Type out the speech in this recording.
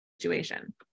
situation